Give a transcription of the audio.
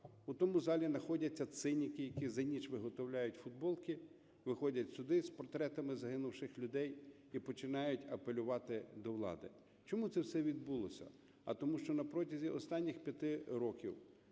У тому залі знаходяться циніки, які за ніч виготовляють футболки, виходять сюди з портретами загинувших людей і починають апелювати до влади. Чому це відбулося? А тому що на протязі останніх п'яти років